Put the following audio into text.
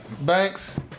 Banks